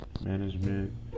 management